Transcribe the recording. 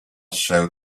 show